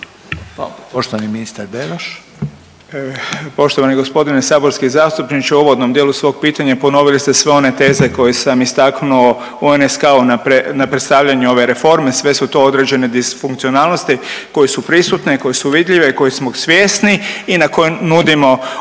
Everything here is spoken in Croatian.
Poštovani ministar Beroš.